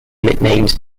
nicknamed